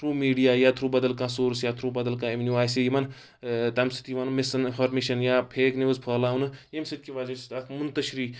through media یا through بَدل کانٛہہ سورٕس یا تھروٗ بَدل کانہہ اِمنو آسہِ یِمَن تمہِ سۭتۍ یِوان مِس اِنفارمیشَن یا فیک نِوٕز یِوان پھٲلاونہٕ ییٚمہِ سۭتۍ کہِ وَجہ سۭتۍ اَتھ مُنتَشری